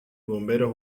bomberos